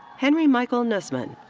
henry michael nussman.